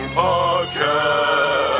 podcast